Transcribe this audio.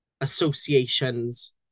associations